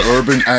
Urban